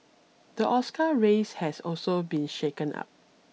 the Oscar race has also been shaken up